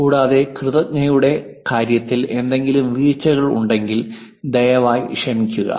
കൂടാതെ കൃതഞ്ജതയുടെ കാര്യത്തിൽ എന്തെങ്കിലും വീഴ്ചകൾ ഉണ്ടെങ്കിൽ ദയവായി ക്ഷമിക്കുക